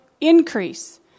increase